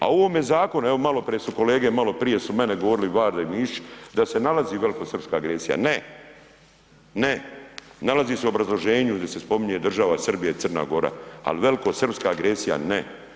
A u ovome zakonu, evo malo prije su kolege, malo prije su mene govorili Varda i Mišić da se nalazi velikosrpska agresija, ne, ne, nalazi se u obrazloženju gdje se spominje država Srbija i Crna Gora ali velikosrpska agresija ne.